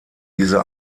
diese